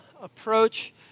approach